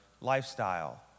lifestyle